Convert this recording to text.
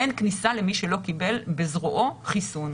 אין כניסה למי שלא קיבל בזרועו חיסון.